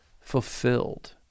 fulfilled